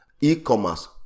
e-commerce